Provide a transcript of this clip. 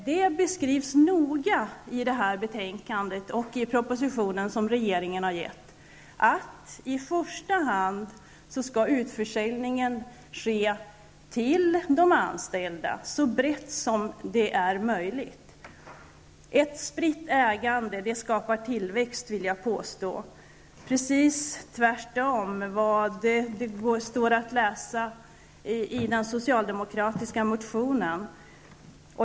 Det beskrivs noggrant i betänkandet och i den proposition som regeringen har avgett, att utförsäljningen i första hand skall ske till de anställda, så brett som det är möjligt. Jag vill påstå att ett fritt ägande skapar tillväxt -- precis tvärtemot vad som står att läsa i den socialdemokratiska motionen.